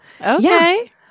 Okay